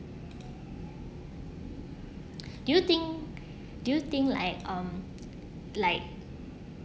do you think do you think like um like